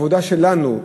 העבודה שלנו.